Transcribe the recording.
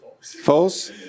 false